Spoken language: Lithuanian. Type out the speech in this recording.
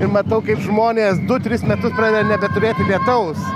ir matau kaip žmonės du tris metus pradeda nebeturėti lietaus